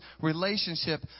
relationship